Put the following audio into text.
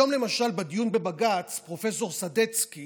היום, למשל, בדיון בבג"ץ, פרופ' סדצקי